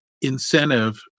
incentive